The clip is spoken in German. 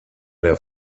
der